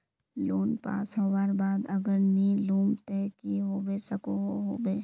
Loan pass होबार बाद अगर नी लुम ते की होबे सकोहो होबे?